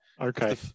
Okay